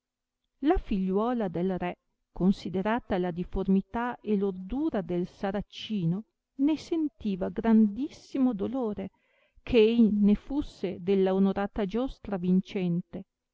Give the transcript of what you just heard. la figliuola del re considerata la diformità e lordura del saracino ne sentiva grandissimo dolore che ei ne fusse della onorata giostra vincente